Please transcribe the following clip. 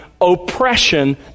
oppression